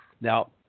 Now